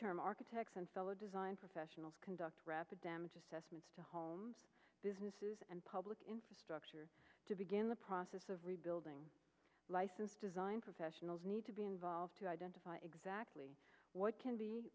term architects and fellow design professionals conduct rapid damage assessments to homes businesses and public infrastructure to begin the process of rebuilding license design professionals need to be involved to identify exactly what can be